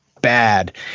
bad